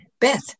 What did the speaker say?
Beth